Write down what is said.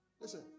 listen